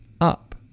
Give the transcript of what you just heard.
up